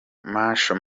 masho